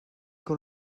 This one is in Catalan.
que